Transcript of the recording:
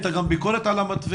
הייתה גם ביקורת על המתווה,